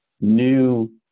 new